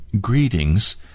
Greetings